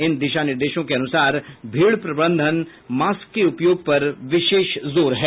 इन दिशा निर्देशों के अनुसार भीड प्रबंधन मास्क के उपयोग पर विशेष जोर है